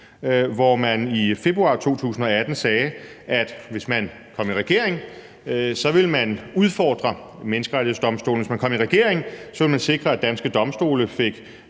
hvor man i februar 2018 sagde, at hvis man kom i regering, så ville man udfordre Menneskerettighedsdomstolen, hvis man kom i regering, ville man sikre, at danske domstole fik